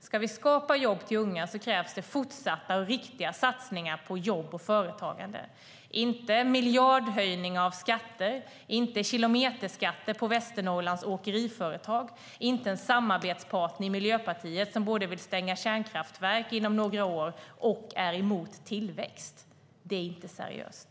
Ska vi skapa jobb till unga krävs det fortsatta och riktiga och satsningar på jobb och företagande, inte en miljardhöjning av skatter, inte kilometerskatter på Västernorrlands åkeriföretag och inte en samarbetspartner i Miljöpartiet som både vill stänga kärnkraftverk inom några år och är emot tillväxt. Det är inte seriöst.